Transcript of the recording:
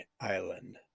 island